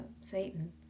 Satan